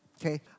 okay